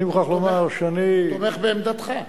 ואני מוכרח לומר שאני, הוא תומך בעמדתך.